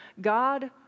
God